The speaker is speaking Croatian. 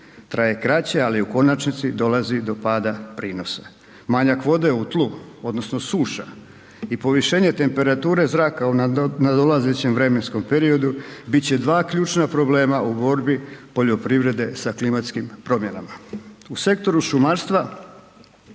traje kraće, ali je u konačnici dolazi do pada prinosa. Manjak vode u tlu odnosno suša i povišenje temperature zraka u nadolazećem vremenskom periodu bit će dva ključna problema u borbi poljoprivrede sa klimatskim promjenama. U sektoru šumarstva